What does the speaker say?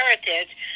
heritage